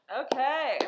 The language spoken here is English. okay